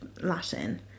Latin